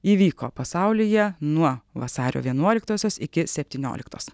įvyko pasaulyje nuo vasario vienuoliktosios iki septynioliktos